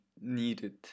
needed